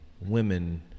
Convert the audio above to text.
women